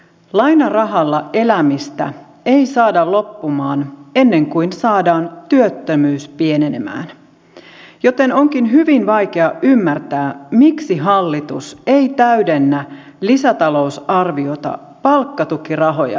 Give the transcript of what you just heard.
lainarahalla elämistä ei saada loppumaan ennen kuin saadaan työttömyys pienenemään joten onkin hyvin vaikea ymmärtää miksi hallitus ei täydennä lisätalousarviota palkkatukirahoja lisäämällä